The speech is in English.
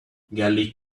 garlic